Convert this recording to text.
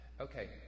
Okay